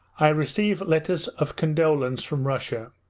i receive letters of condolence from russia.